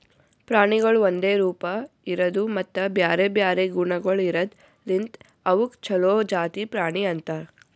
ಪ್ರಾಣಿಗೊಳ್ ಒಂದೆ ರೂಪ, ಇರದು ಮತ್ತ ಬ್ಯಾರೆ ಬ್ಯಾರೆ ಗುಣಗೊಳ್ ಇರದ್ ಲಿಂತ್ ಅವುಕ್ ಛಲೋ ಜಾತಿ ಪ್ರಾಣಿ ಅಂತರ್